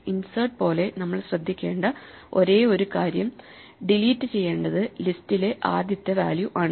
insert പോലെ നമ്മൾ ശ്രദ്ധിക്കേണ്ട ഒരേയൊരു കാര്യം ഡിലീറ്റ് ചെയ്യണ്ടത് ലിസ്റ്റിലെ ആദ്യത്തെ വാല്യൂ ആണ്